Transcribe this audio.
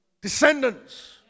Descendants